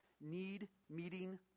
need-meeting